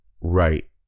Right